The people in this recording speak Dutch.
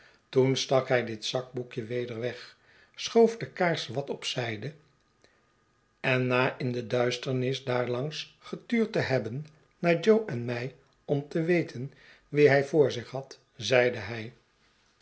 toen stak hij dit zakboekje weder weg schoof de kaars wat op zijde en na in de duisternis daarlangs getuurd te heben naar jo en mij ora te weten wien hij voor zich had zeide hij